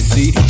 See